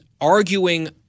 arguing